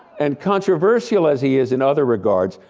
and controversial as he is in other regards,